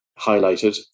highlighted